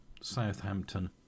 Southampton